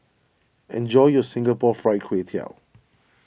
enjoy your Singapore Fried Kway Tiao